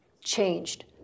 changed